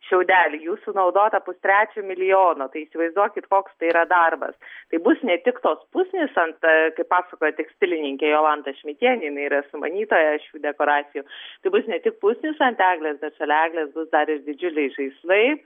šiaudelį jų sunaudota pustrečio milijono tai įsivaizduokit koks tai yra darbas tai bus ne tik tos pusės ant pasakojo tekstilininkė jolanta šmidtienė jinai yra sumanytoja šių dekoracijų tai bus ne tik pusnys ant eglės bet šalia eglės bus dar ir didžiuliai žaislai